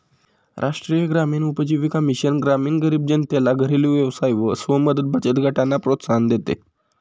राष्ट्रीय ग्रामीण उपजीविका मिशन ग्रामीण गरीब जनतेला घरेलु व्यवसाय व स्व मदत बचत गटांना प्रोत्साहन देते